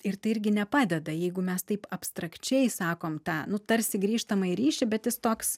ir tai irgi nepadeda jeigu mes taip abstrakčiai sakom tą nu tarsi grįžtamąjį ryšį bet jis toks